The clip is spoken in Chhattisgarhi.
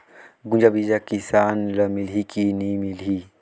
गुनजा बिजा किसान ल मिलही की नी मिलही?